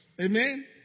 Amen